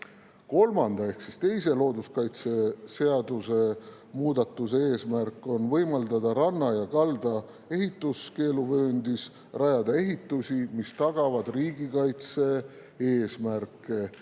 kolmanda muudatuse ehk looduskaitseseaduse teise muudatuse eesmärk on võimaldada ranna ja kalda ehituskeeluvööndis rajada ehitisi, mis tagavad riigikaitse-eesmärke,